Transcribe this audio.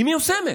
היא מיושמת.